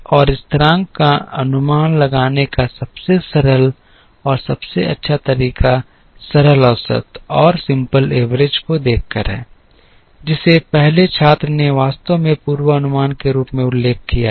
तो स्थिरांक का अनुमान लगाने का सबसे सरल और सबसे अच्छा तरीका सरलऔसत को देखकर है जिसे पहले छात्र ने वास्तव में पूर्वानुमान के रूप में उल्लेख किया था